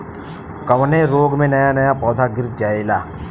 कवने रोग में नया नया पौधा गिर जयेला?